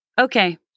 Okay